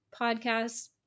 podcast